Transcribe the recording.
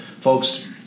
folks